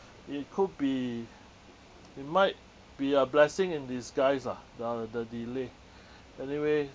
it could be it might be a blessing in disguise ah ya the delay anyway